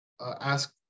ask